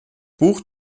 buch